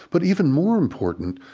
but even more important,